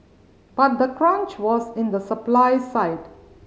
but the crunch was in the supply side